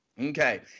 Okay